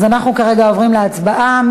אנחנו כרגע עוברים להצבעה,